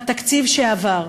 בתקציב שעבר,